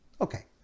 okay